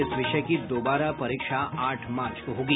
इस विषय की दोबारा परीक्षा आठ मार्च को होगी